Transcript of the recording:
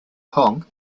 kong